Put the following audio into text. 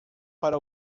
para